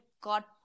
got